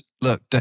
look